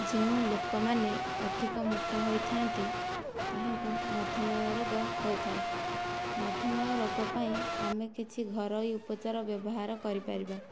ଯେଉଁ ଲୋକମାନେ ଅଧିକ ମୋଟା ହୋଇଥାଆନ୍ତି ତାହାଙ୍କୁ ମଧୁମେହ ରୋଗ ହୋଇଥାଏ ମଧୁମେହ ରୋଗପାଇଁ ଆମେ କିଛି ଘରୋଇ ଉପଚାର ବ୍ୟବହାର କରିପାରିବା